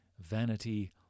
vanity